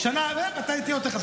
שנה, ואתה יותר חזק.